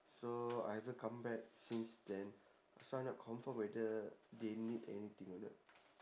so I haven't come back since then so I'm not confirm whether they need anything or not